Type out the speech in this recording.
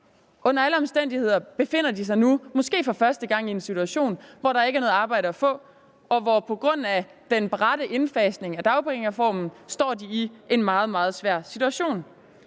Under alle omstændigheder befinder de sig nu måske for første gang i en situation, hvor der ikke er noget arbejde at få, og hvor de på grund af den bratte indfasning af dagpengereformen står i en meget, meget svær situation.